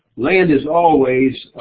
land is always